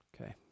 Okay